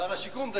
שר השיכון.